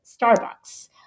Starbucks